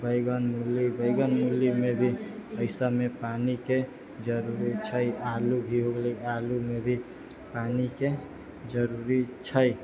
बैगन मूली बैगन मूली मे भी एहिसब मे पानी के जरूरी छै आलू भी हो गेलै आलू मे भी पानी के जरूरी छै